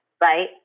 right